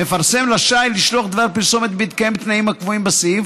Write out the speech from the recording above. מפרסם רשאי לשלוח דבר פרסומת בהתקיים תנאים הקבועים בסעיף,